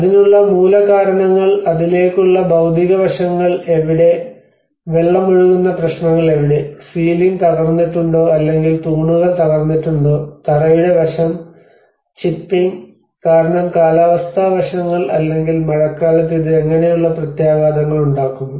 അതിനുള്ള മൂലകാരണങ്ങൾ അതിലേക്കുള്ള ദൌതിക വശങ്ങൾ എവിടെ വെള്ളം ഒഴുകുന്ന പ്രശ്നങ്ങൾ എവിടെ സീലിംഗ് തകർന്നിട്ടുണ്ടോ അല്ലെങ്കിൽ തൂണുകൾ തകർന്നിട്ടുണ്ടോ തറയുടെ വശം ചിപ്പിംഗ് കാരണം കാലാവസ്ഥാ വശങ്ങൾ അല്ലെങ്കിൽ മഴക്കാലത്ത് ഇത് എങ്ങനെയുള്ള പ്രത്യാഘാതങ്ങൾ ഉണ്ടാക്കുന്നു